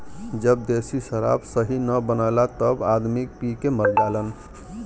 जब देशी शराब सही न बनला तब आदमी पी के मर जालन